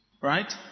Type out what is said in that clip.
Right